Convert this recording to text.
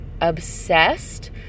obsessed